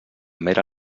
mera